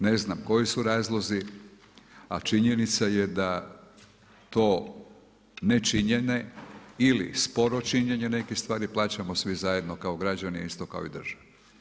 Ne znam koji su razlozi a činjenica je da to ne činjenje ili sporo činjenje nekih stvari plaćamo svi zajedno kao građani isto kao i država.